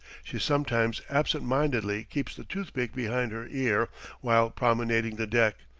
she sometimes absent-mindedly keeps the toothpick behind her ear while promenading the deck,